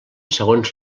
segons